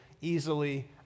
easily